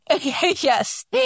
Yes